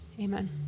amen